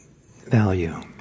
value